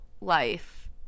life